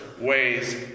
ways